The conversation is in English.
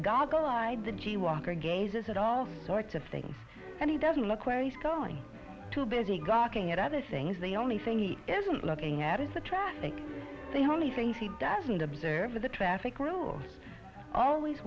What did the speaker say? gazes at all sorts of things and he doesn't look where he's going to busy gardening at other things the only thing he isn't looking at is the traffic the only things he doesn't observe are the traffic rules always